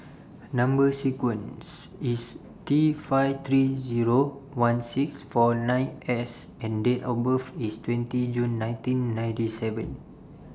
Number sequence IS T five three Zero one six four nine S and Date of birth IS twenty June nineteen ninety seven